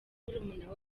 murumuna